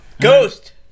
Ghost